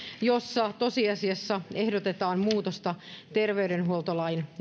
jossa tosiasiassa ehdotetaan muutosta terveydenhuoltolain